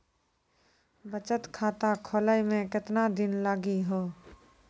बचत खाता खोले मे केतना दिन लागि हो?